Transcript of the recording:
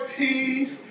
peace